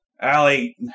Allie